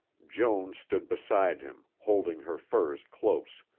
joan stood beside him, holding her furs close,